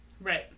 Right